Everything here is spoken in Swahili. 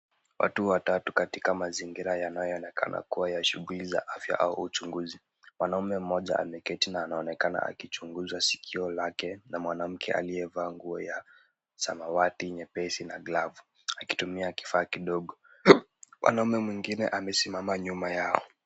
Watu watatu katika mazingira yanayoonekana kuwa ya shughuli za afya au uchunguzi. Mwanaume mmoja ameketi na anaonekana akichunguzwa sikio lake na mwanamke aliyevaa nguo ya samawati nyepesi na glavu akitumia kifaa kidogo. Mwanaume mwingine amesimama nyuma yao.